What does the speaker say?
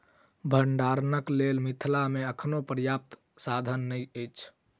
भंडारणक लेल मिथिला मे अखनो पर्याप्त साधन नै अछि